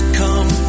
come